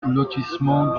lotissement